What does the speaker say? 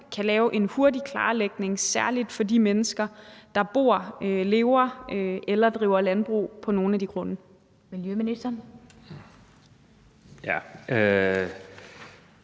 kan lave en hurtig klarlægning, særlig for de mennesker, der bor, lever eller driver landbrug på nogle af de grunde. Kl. 14:47 Den fg.